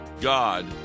God